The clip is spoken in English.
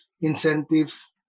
incentives